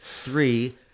three